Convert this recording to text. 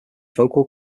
vocal